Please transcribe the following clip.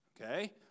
Okay